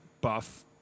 buff